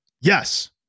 yes